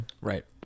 Right